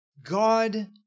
God